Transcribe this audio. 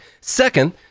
second